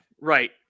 Right